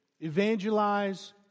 evangelize